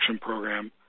program